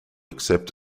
accept